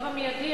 לא במיידי,